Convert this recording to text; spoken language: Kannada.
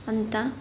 ಅಂತ